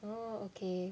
oh okay